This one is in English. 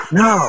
no